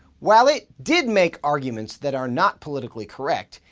while it did make arguments that are not politically correct,